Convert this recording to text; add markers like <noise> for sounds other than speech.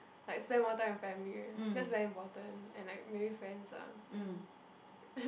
like spend more time with family that's very important and like maybe friends ah mm <laughs>